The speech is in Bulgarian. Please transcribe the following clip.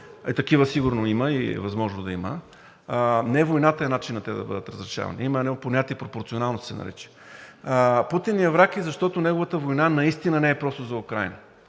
такива сигурно има и е възможно да има, не войната е начинът те да бъдат разрешавани. Има едно понятие – пропорционалност се нарича. Путин ни е враг и защото неговата война наистина не е просто за Украйна.